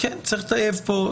יש לטייב פה.